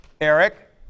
Eric